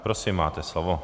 Prosím, máte slovo.